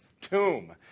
tomb